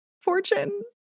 fortune